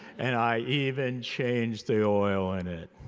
and i even change the oil in it.